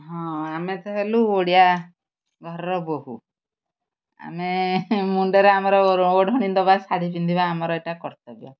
ହଁ ଆମେ ତ ହେଲୁ ଓଡ଼ିଆ ଘରର ବୋହୁ ଆମେ ମୁଣ୍ଡରେ ଆମର ଓଢ଼ଣି ଦବା ଶାଢ଼ୀ ପିନ୍ଧିବା ଆମର ଏଇଟା କର୍ତ୍ତବ୍ୟ